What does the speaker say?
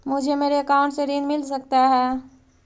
मुझे मेरे अकाउंट से ऋण मिल सकता है?